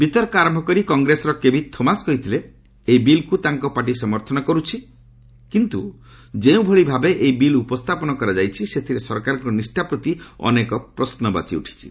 ବିତର୍କ ଆରମ୍ଭ କରି କଂଗ୍ରେସର କେଭି ଥୋମାସ୍ କହିଥିଲେ ଏହି ବିଲ୍କୁ ତାଙ୍କ ପାର୍ଟି ସମର୍ଥନ କରୁଛି କିନ୍ତୁ ଯେଉଁଭଳି ଭାବେ ଏହି ବିଲ୍ ଉପସ୍ଥାପନ କରାଯାଇଛି ସେଥିରେ ସରକାରଙ୍କ ନିଷ୍ଣା ପ୍ରତି ଅନେକ ପ୍ରଶ୍ନବାଚୀ ଉଠିଛି